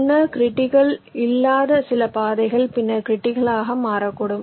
முன்னர் கிரிட்டிக்கல் இல்லாத சில பாதைகள் பின்னர் கிரிட்டிக்கல் ஆக மாறக்கூடும்